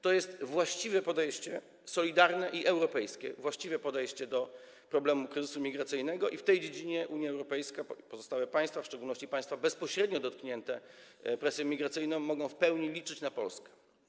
To jest właściwe podejście, solidarne i europejskie właściwe podejście do problemu kryzysu migracyjnego i w tej dziedzinie Unia Europejska, pozostałe państwa, w szczególności państwa bezpośrednio dotknięte presją migracyjną, mogą w pełni liczyć na Polskę.